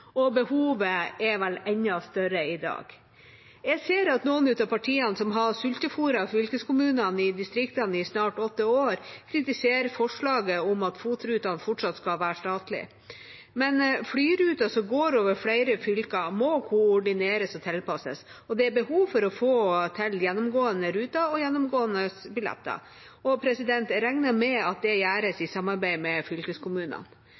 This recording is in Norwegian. og behovet er vel enda større i dag. Jeg ser at noen av partiene som har sultefôret fylkeskommunene i distriktene i snart åtte år, kritiserer forslaget om at FOT-rutene fortsatt skal være statlige. Men flyruter som går over flere fylker, må koordineres og tilpasses, og det er behov for å få til gjennomgående ruter og gjennomgående billetter. Jeg regner med at det gjøres i samarbeid med fylkeskommunene.